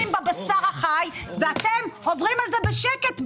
הם חותכים בבשר החי ואתם עוברים על זה בשקט ובאדישות.